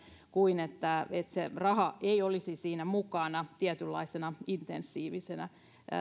kuin että se raha ei olisi siinä mukana tietynlaisena intensiivisenä